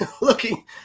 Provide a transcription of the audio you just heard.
looking